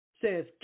says